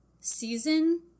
season